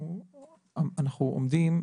אנחנו עומדים,